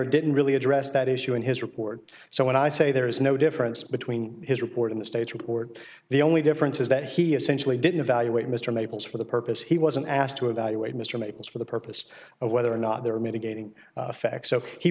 mayer didn't really address that issue in his report so when i say there is no difference between his record in the states record the only difference is that he essentially didn't evaluate mr maples for the purpose he wasn't asked to evaluate mr maples for the purpose of whether or not there are mitigating facts so he